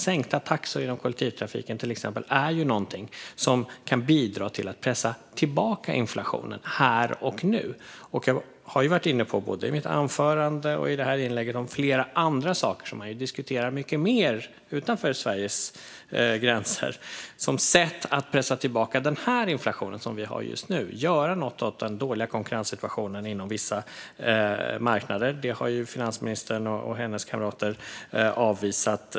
Sänkta taxor inom kollektivtrafiken, till exempel, är något som kan bidra till att pressa tillbaka inflationen här och nu. Jag har både i mitt anförande och nu varit inne på flera andra saker som man diskuterar mycket mer utanför Sveriges gränser. Det handlar om sätt att pressa tillbaka den inflation som vi har just nu och om att göra något åt den dåliga konkurrenssituationen inom vissa marknader. Det har finansministern och hennes kamrater tvärt avvisat.